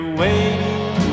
waiting